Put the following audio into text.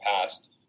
past